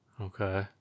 Okay